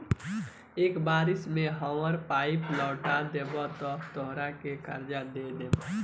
एक बरिस में हामार पइसा लौटा देबऽ त तोहरा के कर्जा दे देम